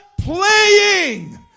playing